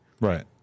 Right